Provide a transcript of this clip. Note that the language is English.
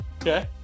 Okay